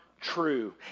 true